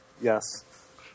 Yes